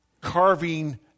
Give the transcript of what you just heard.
carving